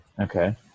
Okay